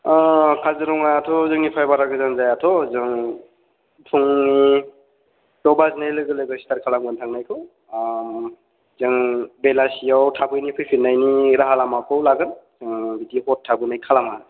काजिरङायाथ' जोंनिफ्राय बारा गोजान जायाथ' जों फुंनि द' बाजिनाय लोगो लोगो स्टार्ट खालामगोन थांनायखौ जों बेलासियाव थाबैनो फैफिननायनि राहा लामाखौ लागोन जों बिदि हर थाबोनाय खालामा